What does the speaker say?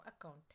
account